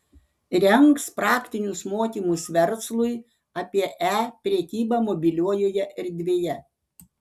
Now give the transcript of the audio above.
rengs praktinius mokymus verslui apie e prekybą mobiliojoje erdvėje